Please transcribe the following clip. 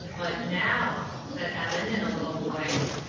but now said evan, in a low voice.